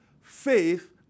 Faith